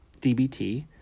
DBT